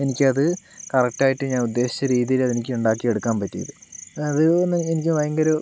എനിക്കത് കറക്റ്റായിട്ട് ഞാൻ ഉദ്ദേശിച്ച രീതിയിലതെനിക്ക് ഉണ്ടാക്കിയെടുക്കാൻ പറ്റിയത് അതെന്ന് പറഞ്ഞാൽ എനിക്ക് ഭയങ്കര